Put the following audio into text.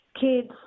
Kids